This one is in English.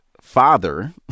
father